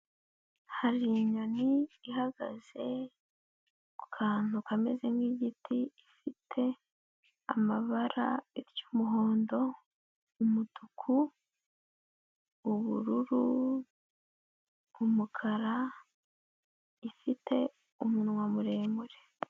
Hari inyoni ihagaze ku kantu kameze nk'igiti ifite amabara iry'umuhondo, umutuku, ubururu, umukara, ifite umunwa muremure.